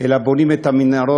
אלא בונים את המנהרות,